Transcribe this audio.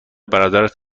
برادرت